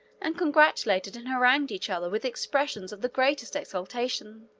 and congratulated and harangued each other with expressions of the greatest exultation.